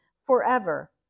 forever